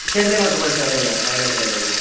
Chethalayam waterfalls അതുതന്നെ വയനാട്ടിൽ തന്നെയാണ് സർ